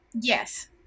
Yes